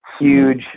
huge